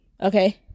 okay